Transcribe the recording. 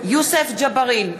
יוסף ג'בארין,